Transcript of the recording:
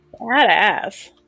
Badass